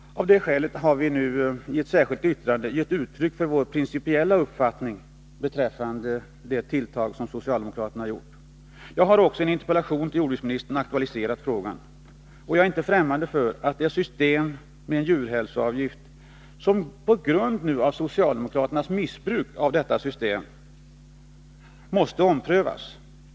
Av det skälet har vi i ett särskilt yttrande gett uttryck för vår principiella uppfattning beträffande detta tilltag från socialdemokraternas sida. Jag har också i en interpellation till jordbruksministern aktualiserat frågan. Jag är inte främmande för att systemet med en djurhälsoavgift nu på grund av socialdemokraternas missbruk måste omprövas.